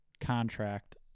contract